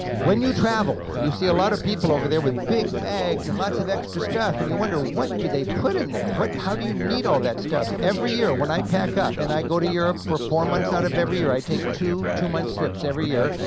when you travel, you see a lot of people over there with big bags and lots of extra stuff and you wonder, what do they put in there, what? how do you need all that stuff? every year, when i pack up and i go to europe, for four months out of every year i take to two-month trips every year,